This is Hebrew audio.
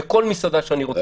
לכל מסעדה שהוא רוצה,